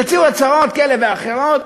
תציעו הצעות כאלה ואחרות,